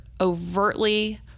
overtly